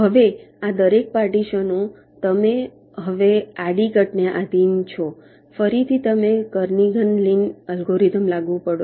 હવે આ દરેક પાર્ટીશનો તમે હવે આડી કટને આધીન છો ફરીથી તમે કર્નિઘન લિન અલ્ગોરિધમ લાગુ કરો છો